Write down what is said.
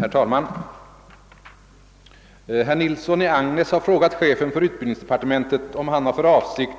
Herr talman! Herr Nilsson i Agnäs har frågat chefen för utbildningsdepartementet om han har för avsikt